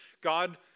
God